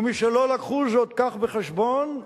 ומשלא לקחו זאת כך בחשבון,